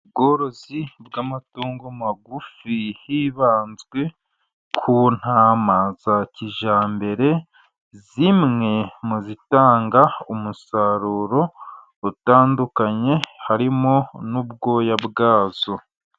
Ubworozi bw'amatungo magufi hibanzwe ku ntama za kijyambere, zimwe mu zitanga umusaruro utandukanye harimo n'ubwoya bwazo.